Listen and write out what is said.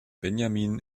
benjamin